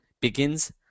begins